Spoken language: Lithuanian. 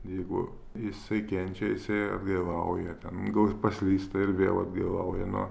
jeigu jisai kenčia jisai atgailauja ten gal jis paslysta ir vėl atgailauja nu